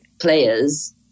players